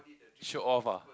show off ah